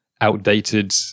outdated